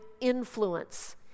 influence